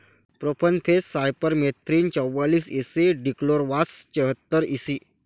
profenofos cypermethrin चौवालीस E C dichlorvos चेहतार EC